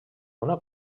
una